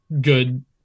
good